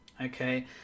Okay